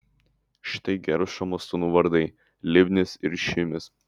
štai geršomo sūnų vardai libnis ir šimis